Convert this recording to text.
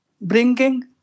bringing